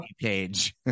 page